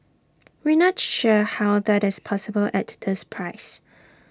we not sure how that is possible at this price